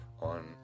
on